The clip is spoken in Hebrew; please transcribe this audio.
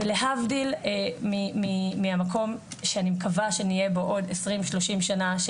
ולהבדיל מהמקום שאני מקווה שנהיה בו עוד עשרים שלושים שנה,